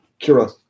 Kira